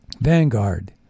Vanguard